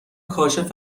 کاشف